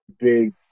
big